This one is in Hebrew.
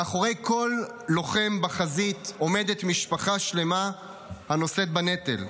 מאחורי כל לוחם בחזית עומדת משפחה שלמה הנושאת בנטל,